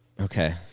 Okay